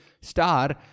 Star